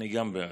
אני גם בעד.